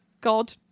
god